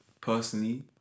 personally